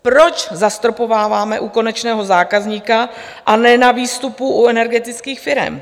Proč zastropováváme u konečného zákazníka a ne na výstupu u energetických firem?